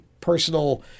personal